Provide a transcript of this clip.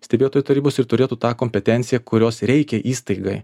stebėtojų tarybos ir turėtų tą kompetenciją kurios reikia įstaigai